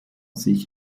sich